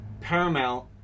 Paramount